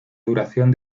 duración